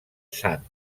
sant